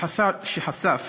שחשף